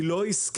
היא לא השכילה